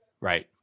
Right